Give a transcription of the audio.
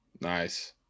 nice